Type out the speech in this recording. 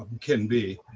can be.